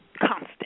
constant